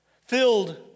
filled